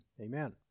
Amen